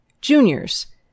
Juniors